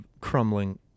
crumbling